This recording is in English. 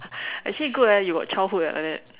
actually good eh you got childhood eh like that